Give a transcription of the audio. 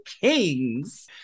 Kings